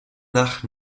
nach